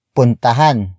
Puntahan